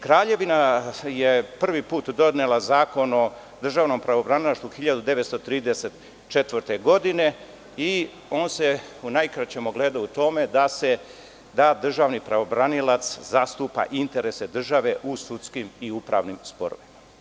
Kraljevina je prvi put donela Zakon o državnom pravobranilaštvu 1934. godine i on se u najkraćem ogledao u tome da državni pravobranilac zastupa interese države u sudskim i upravnim sporovima.